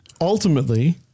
Ultimately